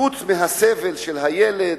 חוץ מהסבל של הילד,